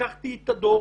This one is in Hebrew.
לקחתי את הדוח,